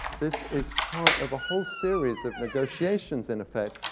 this is part of a whole series of negotiations, in effect,